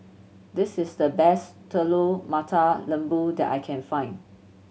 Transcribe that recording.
this is the best Telur Mata Lembu that I can find